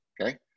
okay